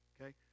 Okay